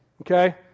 okay